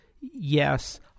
yes